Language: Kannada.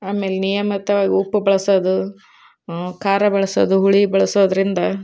ಆಮೇಲೆ ನಿಯಮಿತವಾಗಿ ಉಪ್ಪು ಬಳಸೋದು ಖಾರ ಬಳಸೋದು ಹುಳಿ ಬಳ್ಸೋದರಿಂದ